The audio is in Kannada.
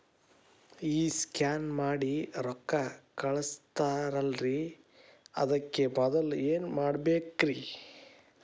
ಈ ಸ್ಕ್ಯಾನ್ ಮಾಡಿ ರೊಕ್ಕ ಕಳಸ್ತಾರಲ್ರಿ ಅದಕ್ಕೆ ಮೊದಲ ಏನ್ ಮಾಡ್ಬೇಕ್ರಿ?